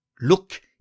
Look